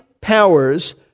powers